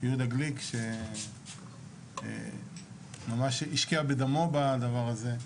יהודה גליק, שממש השקיע בדמו בדבר הזה,